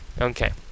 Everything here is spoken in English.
Okay